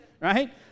right